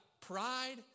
pride